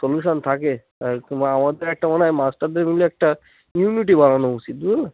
solution থাকে আমাদের একটা মনে হয় মাস্টারদের মিলে একটা ইউনিটি বানানো উচিত বুঝলে